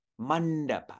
mandapa